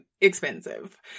expensive